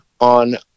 on